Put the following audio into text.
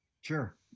Sure